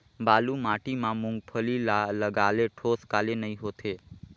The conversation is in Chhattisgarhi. बालू माटी मा मुंगफली ला लगाले ठोस काले नइ होथे?